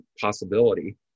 possibility